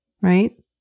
right